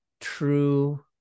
true